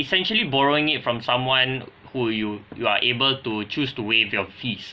essentially borrowing it from someone who you you are able to choose to waive your fees